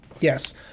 Yes